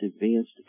advanced